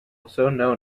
also